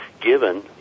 given